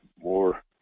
more